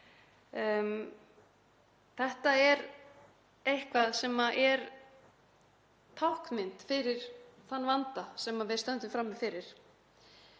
Þetta er eitthvað sem er táknmynd fyrir þann vanda sem við stöndum frammi fyrir,